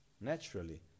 naturally